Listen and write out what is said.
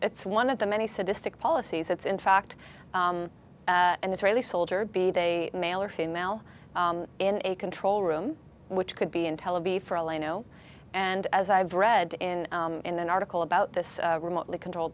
it's one of the many sadistic policies it's in fact and israeli soldier be they male or female in a control room which could be in tel aviv for all i know and as i've read in in an article about this remotely control